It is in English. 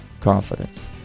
confidence